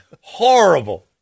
horrible